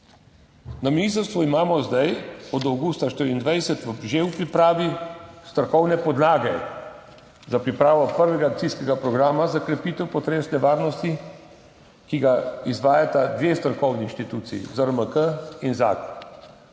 Na ministrstvu imamo zdaj od avgusta 2024 že v pripravi strokovne podlage za pripravo prvega akcijskega programa za krepitev potresne varnosti, ki ga izvajata dve strokovni instituciji, ZRMK in ZAG,